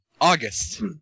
August